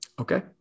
Okay